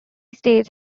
states